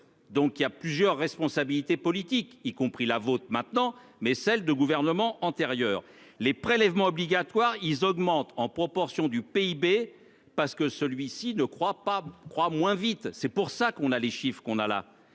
Donc il y a plusieurs responsabilités politiques, y compris la votre maintenant mais celle de gouvernements antérieurs. Les prélèvements obligatoires, ils augmentent en proportion du PIB parce que celui-ci ne croit pas croît moins vite, c'est pour ça qu'on a les chiffre qu'on a là